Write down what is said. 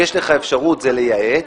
יש לך אפשרות לייעץ.